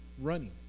running